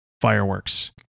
fireworks